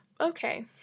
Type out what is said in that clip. Okay